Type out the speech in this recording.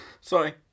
Sorry